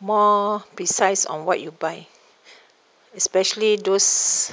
more precise on what you buy especially those